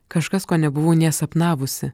kažkas ko nebuvau nė sapnavusi